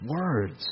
words